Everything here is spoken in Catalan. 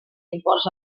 imports